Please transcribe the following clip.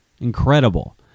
Incredible